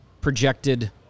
projected